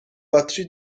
باتری